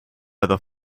other